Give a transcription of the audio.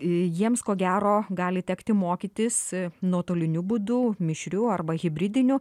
jiems ko gero gali tekti mokytis nuotoliniu būdu mišriu arba hibridiniu